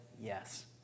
yes